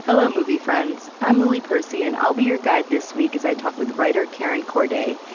hello, movie friends. i'm lily percy, and i'll be your guide this week as i talk with writer karen corday,